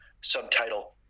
subtitle